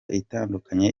itandukanye